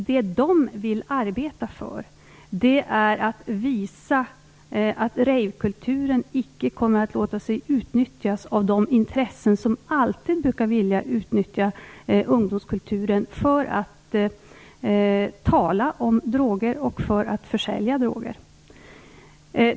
Det de vill arbeta för är att visa att ravekulturen inte kommer att låta sig utnyttjas av de intressen som alltid brukar vilja utnyttja ungdomskulturen för att tala om droger och försälja droger.